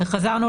וחזרנו